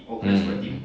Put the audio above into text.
mm